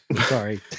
sorry